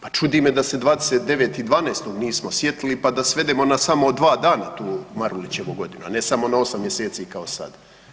Pa čudi me da se 29.12. nismo sjetili da svedemo na samo 2 dana tu Marulićevu godinu, a ne samo na 8 mjeseci kao sad.